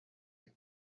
that